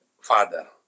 father